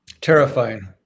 Terrifying